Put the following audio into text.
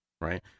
right